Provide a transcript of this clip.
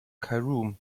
cairum